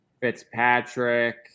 Fitzpatrick